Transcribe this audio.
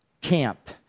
camp